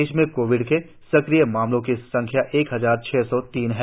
प्रदेश में कोविड के सक्रिय मामलों की संख्या एक हजार छह सौ तीन है